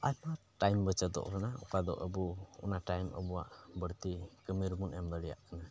ᱟᱭᱢᱟ ᱴᱟᱭᱤᱢ ᱵᱟᱪᱚᱛᱚᱜ ᱠᱟᱱᱟ ᱚᱠᱟᱫᱚ ᱟᱵᱚ ᱚᱱᱟ ᱴᱟᱭᱤᱢ ᱟᱵᱚᱣᱟᱜ ᱵᱟᱹᱲᱛᱤ ᱠᱟᱹᱢᱤ ᱨᱮᱵᱚ ᱮᱢ ᱫᱟᱲᱮᱭᱟᱜ ᱠᱟᱱᱟ